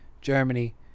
Germany